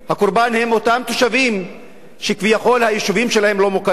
הקורבן הוא אותם תושבים שכביכול היישובים שלהם לא מוכרים,